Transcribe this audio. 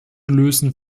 lösen